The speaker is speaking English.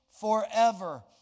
forever